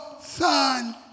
son